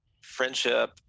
friendship